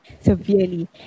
severely